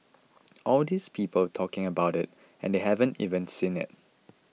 all these people talking about it and they haven't even seen it